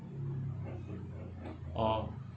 oh